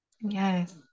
Yes